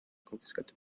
confiscati